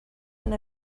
and